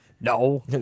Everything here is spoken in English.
No